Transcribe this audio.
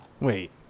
Wait